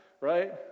right